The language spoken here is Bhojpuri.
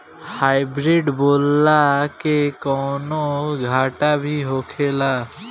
हाइब्रिड बोला के कौनो घाटा भी होखेला?